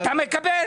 אתה מקבל.